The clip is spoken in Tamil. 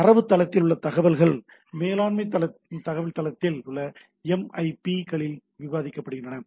தரவுத்தளத்தில் உள்ள தகவல்கள் மேலாண்மை தகவல் தளத்தில் அல்லது எம்ஐபி களில் விவரிக்கப்பட்டுள்ளன